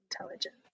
intelligence